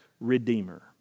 redeemer